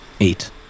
Eight